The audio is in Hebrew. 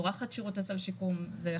אני צורכת שירות סל שיקום,